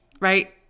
right